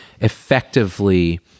effectively